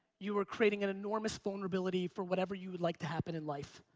you are creating an enormous vulnerability for whatever you'd like to happen in life.